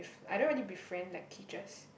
I don't really befriend like teachers